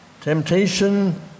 Temptation